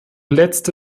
letzte